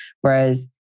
Whereas